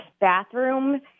bathroom